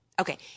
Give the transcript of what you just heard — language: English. Okay